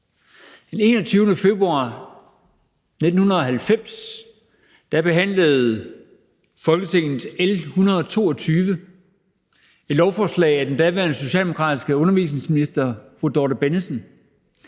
Den 21. februar 1980 behandlede Folketinget L 122, et lovforslag af den daværende socialdemokratiske undervisningsminister, fru Dorte Bennedsen.